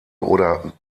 oder